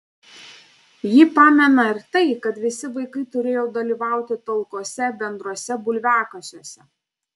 ji pamena ir tai kad visi vaikai turėjo dalyvauti talkose bendruose bulviakasiuose